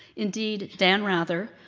indeed, dan rather,